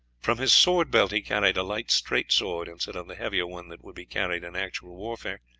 from his sword-belt he carried a light straight sword, instead of the heavier one that would be carried in actual warfare,